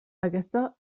aquesta